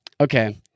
Okay